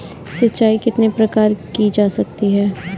सिंचाई कितने प्रकार से की जा सकती है?